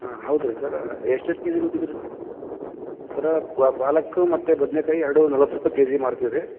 ಹಾಂ ಹೌದುರೀ ಸರ ಎಷ್ಟು ಎಷ್ಟು ಕೆ ಜಿ ಬೇಕಿತ್ತು ರೀ ಸರ್ ಸರ ಪಾಲಕ್ಕು ಮತ್ತು ಬದನೆಕಾಯಿ ಎರಡೂ ನಲ್ವತ್ತು ರೂಪಾಯಿ ಕೆ ಜಿಗೆ ಮಾರ್ತೀವಿ ರೀ